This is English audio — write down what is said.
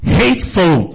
hateful